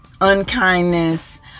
unkindness